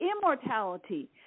immortality